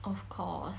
of course